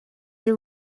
are